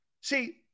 See